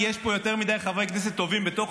כי יש פה יותר מדי חברי כנסת טובים בתוך